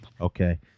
Okay